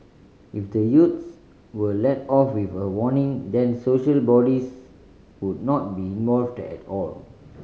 if the youths were let off with a warning then social bodies would not be involved at all